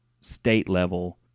state-level